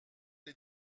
les